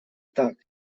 так